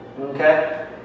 Okay